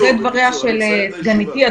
אחרי דבריה של סגניתי,